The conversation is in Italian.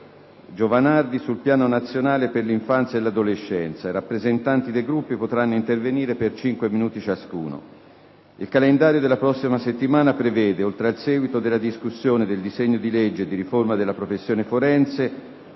Giovanardi sul Piano nazionale per l'infanzia e l'adolescenza. I rappresentanti dei Gruppi potranno intervenire per cinque minuti ciascuno. Il calendario della prossima settimana prevede, oltre al seguito della discussione del disegno di legge di riforma della professione forense,